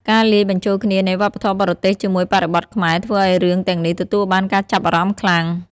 ការលាយបញ្ចូលគ្នានៃវប្បធម៌បរទេសជាមួយបរិបទខ្មែរធ្វើឱ្យរឿងទាំងនេះទទួលបានការចាប់អារម្មណ៍ខ្លាំង។